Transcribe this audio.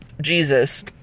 Jesus